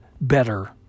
better